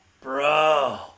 bro